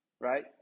right